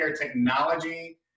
technology